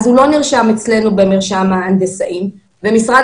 אז הוא לא נרשם אצלנו במרשם ההנדסאים ומשרד